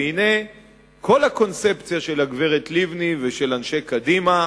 והנה כל הקונספציה של הגברת לבני ושל אנשי קדימה,